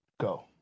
go